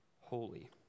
holy